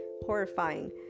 horrifying